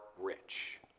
rich